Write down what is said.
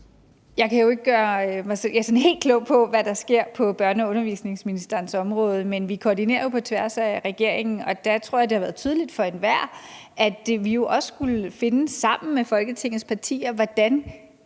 Jeg kan jo ikke gøre mig helt klog på, hvad der sker på børne- og undervisningsministerens område, men vi koordinerer på tværs af regeringen, og der tror jeg, det har været tydeligt for enhver, at vi jo sammen med Folketingets partier også